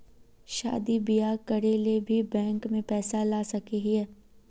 शादी बियाह करे ले भी बैंक से पैसा ला सके हिये?